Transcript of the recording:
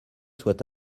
soit